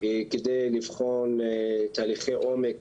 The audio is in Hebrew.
כדי לבחון תהליכי עומק